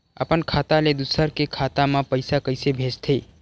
अपन खाता ले दुसर के खाता मा पईसा कइसे भेजथे?